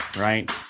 right